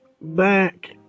back